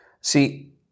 See